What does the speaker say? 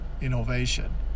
innovation